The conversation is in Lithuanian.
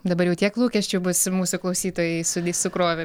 dabar jau tiek lūkesčių bus ir mūsų klausytojai su sukrovė